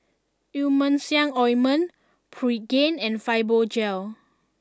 Emulsying Ointment Pregain and Fibogel